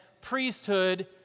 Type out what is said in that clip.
priesthood